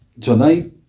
tonight